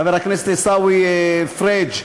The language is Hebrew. חבר הכנסת עיסאווי פריג',